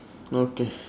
okay